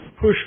push